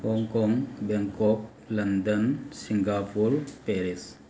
Hong Kong Bangkok London Singapore Paris